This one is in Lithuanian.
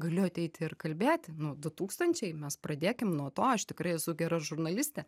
galiu ateiti ir kalbėti nu du tūkstančiai mes pradėkim nuo to aš tikrai esu gera žurnalistė